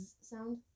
sound